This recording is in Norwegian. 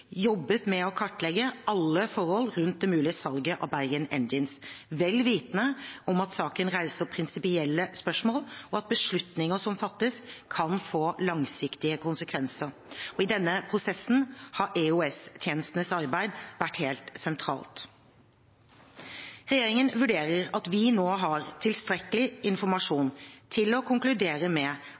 jobbet med å kartlegge alle forhold rundt det mulige salget av Bergen Engines, vel vitende om at saken reiser prinsipielle spørsmål, og at beslutninger som fattes, kan få langsiktige konsekvenser. I denne prosessen har EOS-tjenestenes arbeid vært helt sentralt. Regjeringen vurderer at vi nå har tilstrekkelig informasjon til å konkludere med